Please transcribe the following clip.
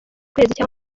cyangwa